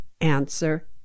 answer